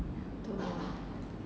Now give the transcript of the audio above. don't know ah